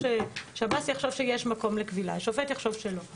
שירות בתי הסוהר יחשוב שיש מקום לכבילה והשופט יחשוב שאין מקום,